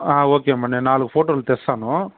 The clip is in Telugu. ఆ ఓకే మేడం నేను నాలుగు ఫోటోలు తెస్తాను